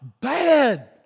bad